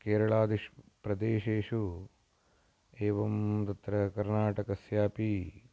केरलादि प्रदेशेषु एवं तत्र कर्नाटकस्यापि